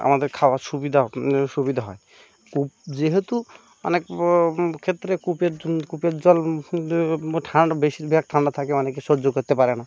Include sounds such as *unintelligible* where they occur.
আমাদের খাওয়ার সুবিধা সুবিধা হয় কূপ যেহেতু অনেক ক্ষেত্রে কূপের কূপের জল *unintelligible* বেশিরভাগ ঠান্ডা থাকে অনেকে সহ্য করতে পারে না